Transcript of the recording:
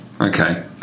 okay